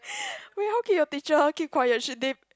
wait how can your teacher keep quiet should did